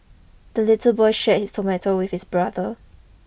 the little boy shared his tomato with his brother